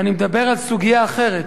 אני מדבר על סוגיה אחרת.